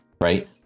right